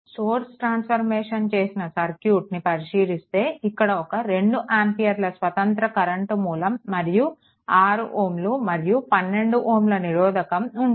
source transformation చేసిన సర్క్యూట్ని పరిశీలిస్తే ఇక్కడ ఒక 2 ఆంపియర్ల స్వతంత్ర కరెంట్ మూలం మరియు 6 Ω మరియు ఇది 12 Ωల నిరోధకం ఉంటుంది